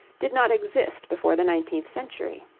did not exist before the nineteenth century.